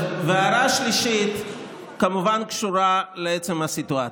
ההערה השלישית כמובן קשורה לעצם הסיטואציה.